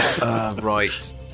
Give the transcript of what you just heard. Right